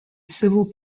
civil